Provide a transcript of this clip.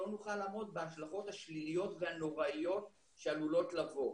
נוכל לעמוד בהשלכות השליליות והנוראיות שעלולות לבוא.